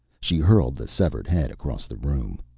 she hurled the severed head across the room.